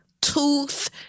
tooth